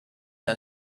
her